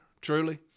truly